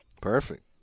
Perfect